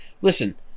Listen